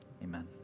Amen